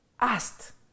asked